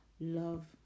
love